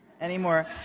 anymore